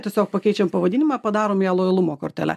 tiesiog pakeičiam pavadinimą padarom ją lojalumo kortele